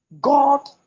god